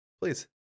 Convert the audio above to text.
please